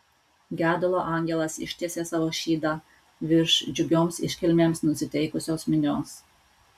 gedulo angelas ištiesė savo šydą virš džiugioms iškilmėms nusiteikusios minios